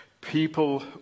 people